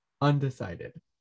Undecided